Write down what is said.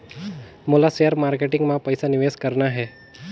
मोला share market मां पइसा निवेश करना हे?